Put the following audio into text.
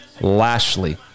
Lashley